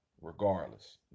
regardless